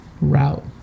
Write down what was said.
route